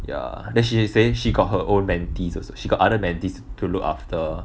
ya then she say she got her own mentees also she got other mentees to look after